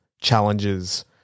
challenges